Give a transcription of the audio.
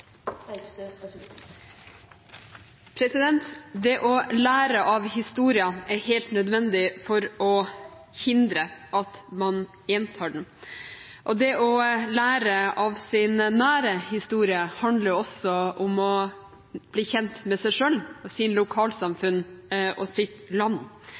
helt nødvendig for å hindre at man gjentar den. Det å lære av sin nære historie handler også om bli kjent med seg selv, sitt lokalsamfunn og sitt land.